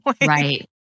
Right